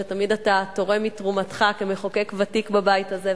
שתמיד אתה תורם מתרומתך כמחוקק ותיק בבית הזה,